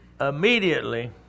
immediately